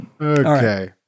okay